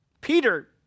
Peter